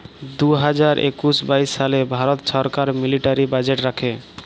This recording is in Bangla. দু হাজার একুশ বাইশ সালে ভারত ছরকার মিলিটারি বাজেট রাখে